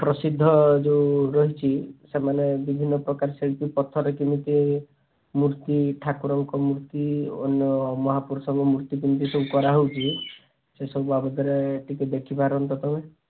ପ୍ରସିଦ୍ଧ ଯେଉଁ ରହିଛି ସେମାନେ ବିଭିନ୍ନ ପ୍ରକାର ଶିଳ୍ପୀ ପଥରରେ କେମିତି ମୂର୍ତ୍ତି ଠାକୁରଙ୍କ ମୂର୍ତ୍ତି ଅନ୍ୟ ମହାପୁରୁଷଙ୍କ ମୂର୍ତ୍ତି କେମିତି ସବୁ କରା ହେଉଛି ସେସବୁ ବାବଦରେ ଟିକେ ଦେଖିପାରନ୍ତ ତୁମେ